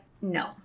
no